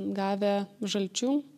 gavę žalčių